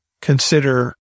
consider